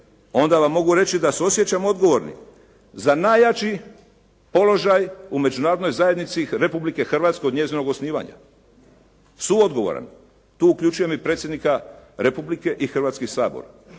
onda vam mogu reći da se osjećam odgovornim za najjači položaj u međunarodnoj zajednici Republike Hrvatske od njezinog osnivanja, suodgovoran. Tu uključujem i predsjednika Republike i Hrvatski sabor.